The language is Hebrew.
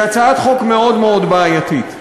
היא הצעת חוק מאוד מאוד בעייתית.